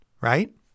Right